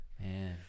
man